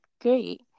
Great